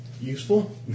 useful